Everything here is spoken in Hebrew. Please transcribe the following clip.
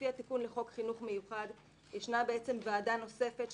לפי התיקון לחוק חינוך מיוחד ישנה ועדה נוספת,